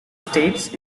states